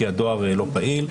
כי הדואר לא פעיל.